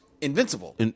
Invincible